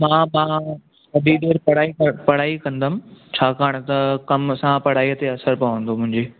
मां त हाणे वधीक पढ़ाई पढ़ाई कंदुमि छाकाणि त कमु असां पढ़ाई ते असर पवंदो मुंहिंजी